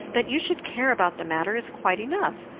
that you should care about the matter is quite enough,